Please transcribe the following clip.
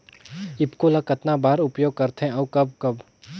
ईफको ल कतना बर उपयोग करथे और कब कब?